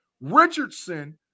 Richardson